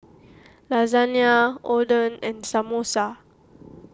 Lasagna Oden and Samosa